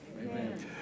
Amen